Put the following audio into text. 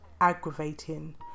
aggravating